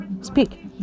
Speak